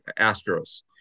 Astros